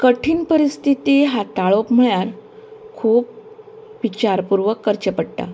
कठीण परिस्थिती हाताळप म्हळ्यार खूब विचारपूर्वक करचें पडटा